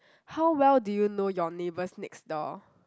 how well do you know your neighbours next door